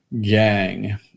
gang